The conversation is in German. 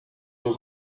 nur